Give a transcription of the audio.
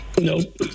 Nope